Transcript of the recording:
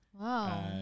Wow